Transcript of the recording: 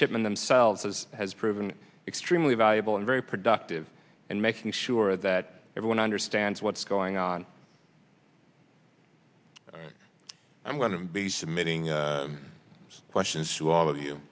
midshipmen themselves as has proven extremely valuable and very productive in making sure that everyone understands what's going on i'm going to be submitting questions to all of you